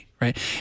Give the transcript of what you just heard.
Right